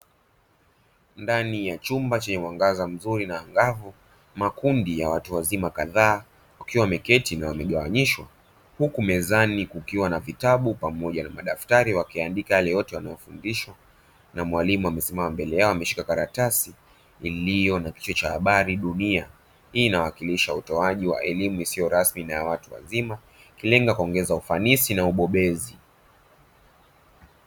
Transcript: Ndani ya chumba chenye mwangaza mzuri na angavu makundi ya watu wazima kadhaa wakiwa wameketi na wamegawanyishwa huwa mezani kukiwa na vitabu pamoja na madaftari wakiandika yale yote wanayofundishwa na mwalimu amekusimamia mbele yao ameshika karatasi iliyo na kichwa na habari dunia , hii inawakilisha utoaji wa elimu isiyo rasmi na ya watu wazima ikilenga kuongeza ufanisi na ubobezi.